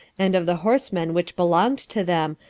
and of the horsemen which belonged to them,